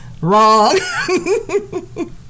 Wrong